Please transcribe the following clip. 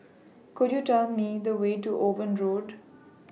Could YOU Tell Me The Way to Owen Road